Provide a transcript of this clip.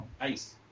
Nice